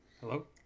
Hello